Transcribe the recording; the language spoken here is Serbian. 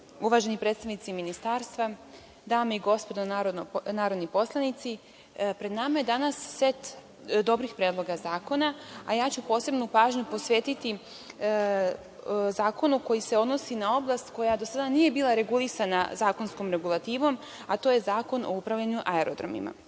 uvaženi predstavnici Ministarstva, dame i gospodo narodni poslanici, pred nama je danas set dobrih predloga zakona, a ja ću posebnu pažnju posvetiti zakonu koji se odnosi na oblast koja do sada nije bila regulisana zakonskom regulativom, a to je Zakon o upravljanju aerodromima. Usvajanjem